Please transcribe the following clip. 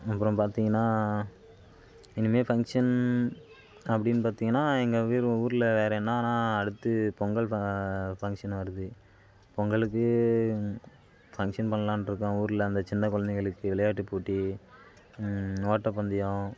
அப்புறம் பார்த்தீங்கன்னா இனிமேல் ஃபங்க்ஷன் அப்படின்னு பார்த்தீங்கன்னா எங்கள் வி ஊரில் வேறு என்னென்னா அடுத்து பொங்கல் ஃப ஃபங்க்ஷன் வருது பொங்கலுக்கு ஃபங்க்ஷன் பண்ணலான்ட்ருக்கோம் ஊரில் அந்த சின்ன குழந்தைகளுக்கு விளையாட்டு போட்டி ஓட்ட பந்தயம்